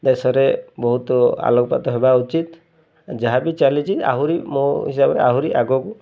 ଦେଶରେ ବହୁତ ଆଲୋକପାତ ହେବା ଉଚିତ ଯାହା ବି ଚାଲିଛି ଆହୁରି ମୋ ହିସାବରେ ଆହୁରି ଆଗକୁ